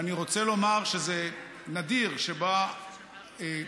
ואני רוצה לומר שזה נדיר שבא מפקד,